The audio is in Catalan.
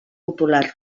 popular